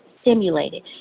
stimulated